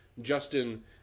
Justin